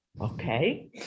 Okay